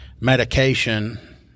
medication